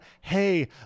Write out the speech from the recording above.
hey